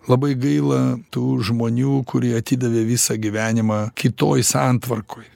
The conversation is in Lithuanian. labai gaila tų žmonių kurie atidavė visą gyvenimą kitoj santvarkoje